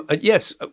yes